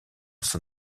son